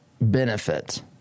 benefit